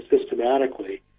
systematically